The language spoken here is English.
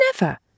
never